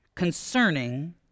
Concerning